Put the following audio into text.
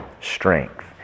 strength